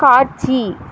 காட்சி